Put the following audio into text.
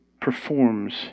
performs